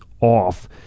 off